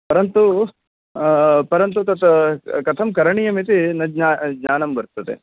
परन्तु परन्तु तत् कथं करणीयम् इति न ज्ञानं वर्तते